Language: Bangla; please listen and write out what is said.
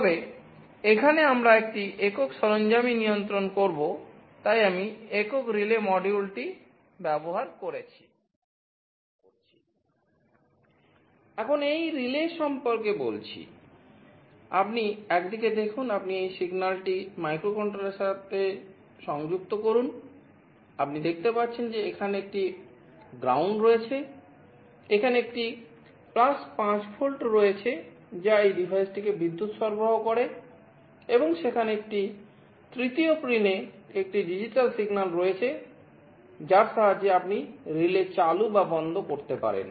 তবে এখানে আমরা একটি একক সরঞ্জামই নিয়ন্ত্রণ করব তাই আমি একক রিলে মডিউল রয়েছে যার সাহায্যে আপনি রিলে চালু বা বন্ধ করতে পারেন